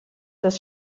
das